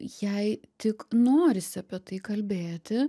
jei tik norisi apie tai kalbėti